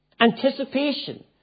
Anticipation